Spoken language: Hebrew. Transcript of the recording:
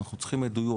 אנחנו צריכים עדויות,